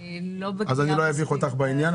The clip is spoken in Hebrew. אני לא בקיאה בזה.